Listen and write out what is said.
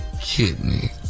kidney